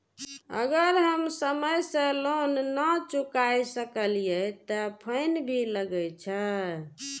अगर हम समय से लोन ना चुकाए सकलिए ते फैन भी लगे छै?